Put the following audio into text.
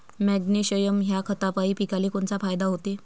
Magnesium ह्या खतापायी पिकाले कोनचा फायदा होते?